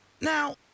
Now